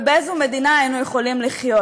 ובאיזו מדינה היינו יכולים לחיות.